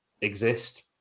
exist